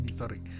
sorry